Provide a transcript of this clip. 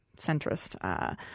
centrist